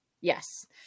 Yes